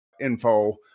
info